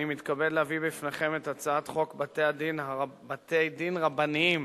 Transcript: אני מתכבד להביא בפניכם את הצעת חוק בתי-דין רבניים